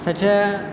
स च